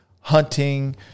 hunting